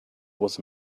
was